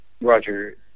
Roger